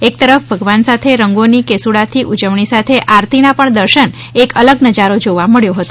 એક તરફ ભગવાન સાથે રંગોની કેસુડા થી ઉજવણી સાથે આરતીના પણ દર્શન એક અલગ જ નજારો જોવા મળ્યો હતો